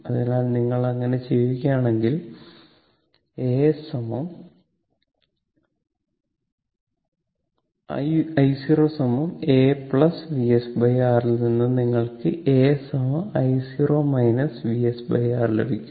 അതിനാൽ നിങ്ങൾ അങ്ങനെ ചെയ്യുകയാണെങ്കിൽ I0 A Vsr ൽ നിന്ന് നിങ്ങൾക്ക് A I0 VsR ലഭിക്കും